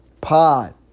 pod